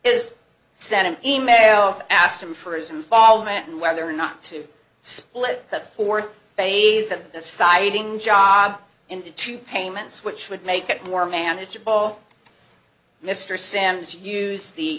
is sending e mails asked him for his involvement and whether or not to split the fourth phase of the siding job into two payments which would make it more manageable mr sands use the